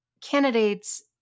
candidates